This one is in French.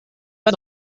pas